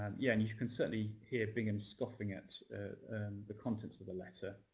yeah and you can certainly hear bingham scoffing at the contents of the letter.